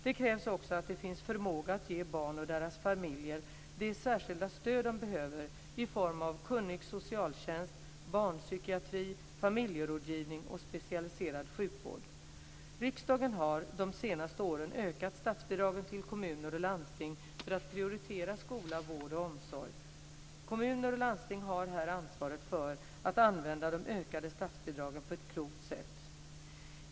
Det krävs också att det finns förmåga att ge barn, och deras familjer, det särskilda stöd de behöver i form av kunnig socialtjänst, barnpsykiatri, familjerådgivning och specialiserad sjukvård. Riksdagen har under de senaste åren ökat statsbidragen till kommuner och landsting för att prioritera skola, vård och omsorg. Kommuner och landsting har här ansvaret för att använda de ökade statsbidragen på ett klokt sätt.